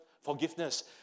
forgiveness